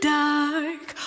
dark